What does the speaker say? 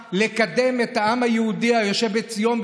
הלאה לקדם את העם היהודי היושב בציון,